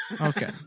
Okay